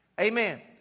Amen